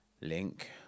link